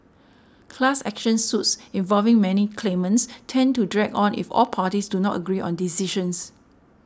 class action suits involving many claimants tend to drag on if all parties do not agree on decisions